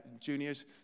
juniors